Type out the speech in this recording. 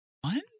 one